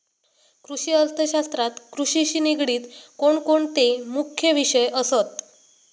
कृषि अर्थशास्त्रात कृषिशी निगडीत कोणकोणते मुख्य विषय असत?